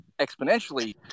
exponentially